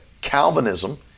Calvinism